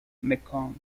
mekong